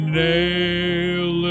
nail